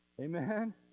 Amen